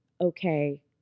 okay